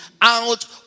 out